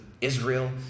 Israel